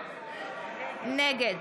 נגד